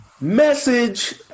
Message